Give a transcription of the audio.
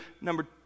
Number